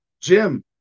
Jim